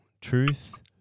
Truth